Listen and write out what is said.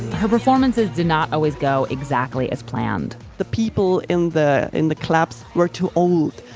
her performances did not always go exactly as planned the people in the in the clubs were too old.